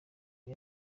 bya